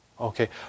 Okay